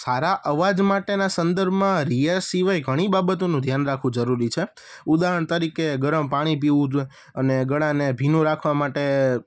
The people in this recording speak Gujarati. સારા અવાજ માટેના સંદર્ભમાં રિયાઝ સિવાય ઘણી બાબતોનું ધ્યાન રાખવું જરૂરી છે ઉદાહરણ તરીકે ગરમ પાણી પીવું જોઈએ અને ગળાને ભીનું રાખવા માટે